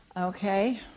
Okay